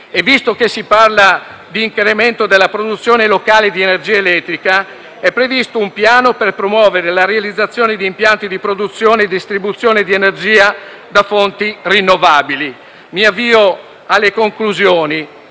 visto che si parla di incremento della produzione locale di energia elettrica, è previsto un piano per promuovere la realizzazione di impianti di produzione e distribuzione di energia da fonti rinnovabili. Avviandomi alla conclusione,